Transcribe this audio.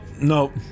no